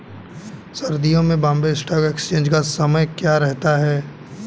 सर्दियों में Bombay stock exchange का समय क्या रहता है?